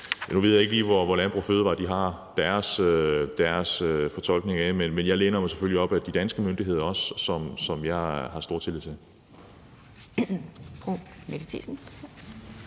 Nu ved jeg ikke lige, hvordan Landbrug & Fødevarers fortolkning af det er, men jeg læner mig selvfølgelig også op ad de danske myndigheder, som jeg har stor tillid til.